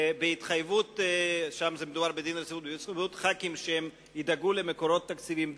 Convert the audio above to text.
ובהתחייבות חברי כנסת שהם ידאגו למקורות תקציביים,